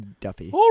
Duffy